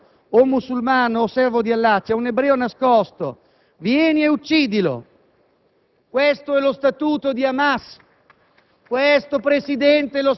e la pietra e l'albero diranno: "O musulmano, o servo di Allah, c'è un ebreo nascosto, vieni e uccidilo"». Questo è lo Statuto di Hamas.